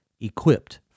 equipped